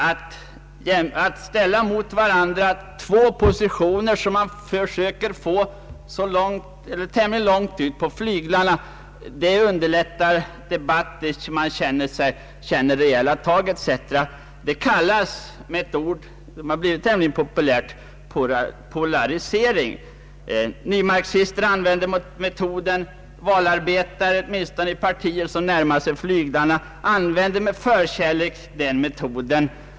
Att ställa två positioner, som man försöker få långt ut på flyglarna, mot varandra är en metodik som används för att »underlätta» debatten. Man känner rejäla tag etc. Metoden kallas med ett ord som har blivit ganska populärt för polarisering. Nymarxister använder metoden, och valarbetare — åtminstone i partier som närmar sig flyglarna — använder den med förkärlek.